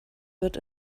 wird